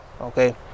okay